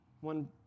One